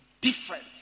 different